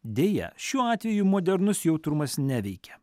deja šiuo atveju modernus jautrumas neveikia